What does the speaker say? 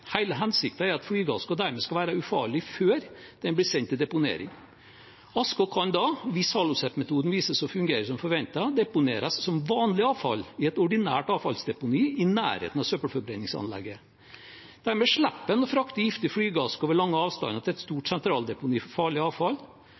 er at flygeasken dermed skal være ufarlig før den blir sendt til deponering. Asken kan da, hvis HaloSep-metoden viser seg å fungere som forventet, deponeres som vanlig avfall i et ordinært avfallsdeponi i nærheten av søppelforbrenningsanlegget. Dermed slipper en å frakte giftig flygeaske over lange avstander til et